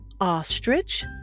Ostrich